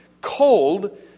cold